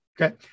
Okay